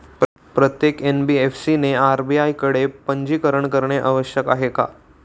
प्रत्येक एन.बी.एफ.सी ने आर.बी.आय कडे पंजीकरण करणे आवश्यक आहे का?